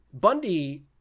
Bundy